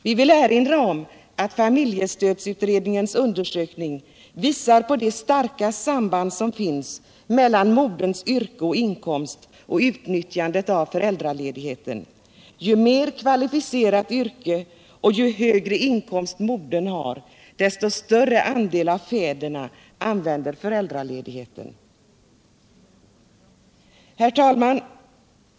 Vi vill erinra om att familjestödsutredningens undersökning visar på det starka samband som finns mellan moderns yrke och inkomst och utnyttjandet av föräldraledigheten. Ju mer kvalificerat yrke och ju högre inkomst mödrarna har, desto större andel av fäderna använder föräldraledigheten. Herr talman!